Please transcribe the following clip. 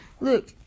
Look